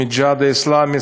מ"הג'יהאד האסלאמי",